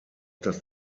das